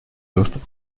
доступ